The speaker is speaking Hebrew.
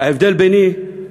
ההבדל ביני,